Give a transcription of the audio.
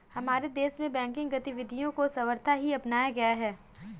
हमारे देश में बैंकिंग गतिविधियां को सर्वथा ही अपनाया गया है